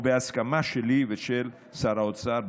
ובהסכמה שלי ושל שר האוצר.